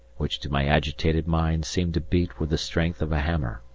which to my agitated mind seemed to beat with the strength of a hammer.